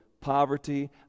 poverty